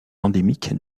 endémique